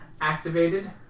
activated